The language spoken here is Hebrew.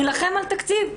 נילחם על תקציב.